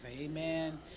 amen